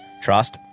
trust